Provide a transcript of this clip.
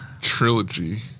trilogy